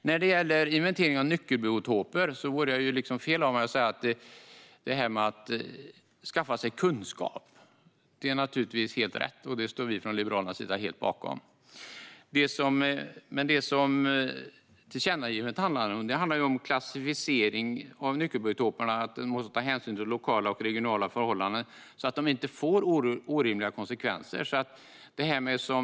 När det gäller inventering av nyckelbiotoper är det naturligtvis helt rätt att skaffa sig kunskaper, och det står vi från Liberalernas sida helt bakom. Men det som tillkännagivandet handlar om är ju klassificering av nyckelbiotoperna och att den måste ta hänsyn till lokala och regionala förhållanden så att den inte får orimliga konsekvenser.